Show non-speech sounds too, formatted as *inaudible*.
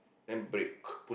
then break *noise*